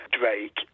Drake